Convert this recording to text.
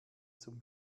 zum